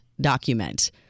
document